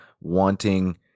wanting